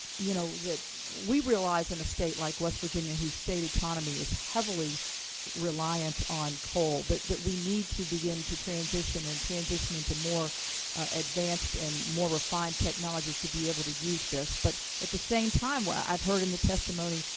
you know, that we realize in a state like west virginia, whose state economy is heavily reliant on coal, that that we need to begin to transition and transition into more advanced and more refined technologies to be able to use this. but at the same time, i have heard in the testimony,